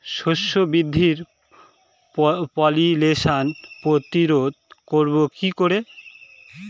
শস্য বৃদ্ধির পলিনেশান প্রতিরোধ করব কি করে?